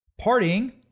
partying